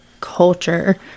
culture